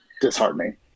disheartening